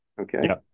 Okay